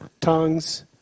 tongues